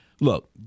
look